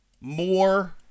more